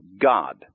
God